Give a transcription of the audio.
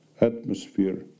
atmosphere